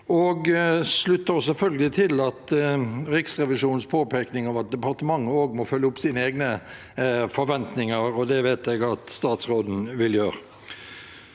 Vi slutter oss selvfølgelig også til Riksrevisjonens påpekning om at departementet må følge opp sine egne forventninger, og det vet jeg at statsråden vil gjøre.